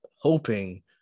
hoping